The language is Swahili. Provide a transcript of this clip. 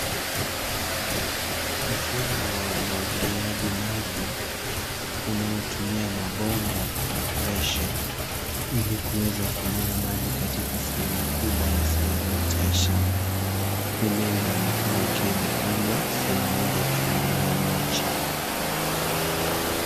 Mfumo wa umwagiliaji maji unaotumia mabomba na pressure ili kuweza kumwaga maji katika sehemu kubwa na sehemu yote ya shamba. Mimea inaonekana ikiwa imepandwa sehemu moja ikiwa imelowa maji.